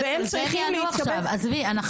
עזבי, זה לא עכשיו.